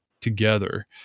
together